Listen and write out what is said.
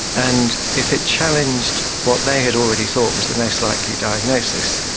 and if it challenged what they had already thought was the most likely diagnosis,